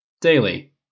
Daily